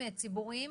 הציבוריים.